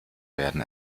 werden